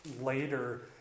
later